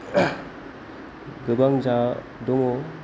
गोबां जा दङ